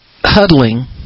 huddling